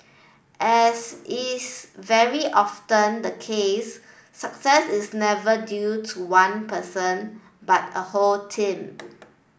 as is very often the case success is never due to one person but a whole team